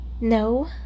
no